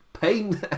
pain